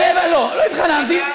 לא התחננתי.